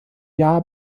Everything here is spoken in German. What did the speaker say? jahr